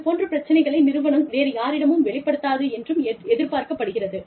இது போன்ற பிரச்சனைகளை நிறுவனம் வேறு யாரிடமும் வெளிப்படுத்தாது என்றும் எதிர்பார்க்கப்படுகிறது